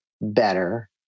better